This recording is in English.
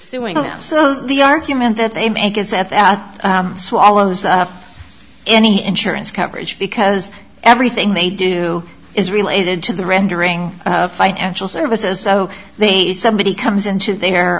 suing them so the argument that they make is that swallows any insurance coverage because everything they do is related to the rendering of financial services so they somebody comes into their